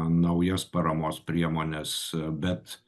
naujas paramos priemones bet